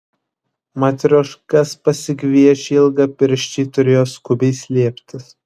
matrioškas pasigviešę ilgapirščiai turėjo skubiai slėptis